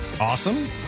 Awesome